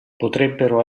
potrebbero